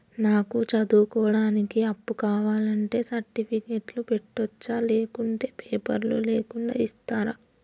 నాకు చదువుకోవడానికి అప్పు కావాలంటే సర్టిఫికెట్లు పెట్టొచ్చా లేకుంటే పేపర్లు లేకుండా ఇస్తరా?